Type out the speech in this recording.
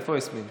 איפה יסמין?